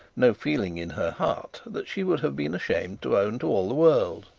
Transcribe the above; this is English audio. no feeling in her heart that she would have been ashamed to own to all the world.